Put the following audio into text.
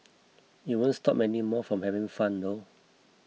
it won't stop many more from having fun though